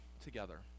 together